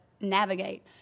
navigate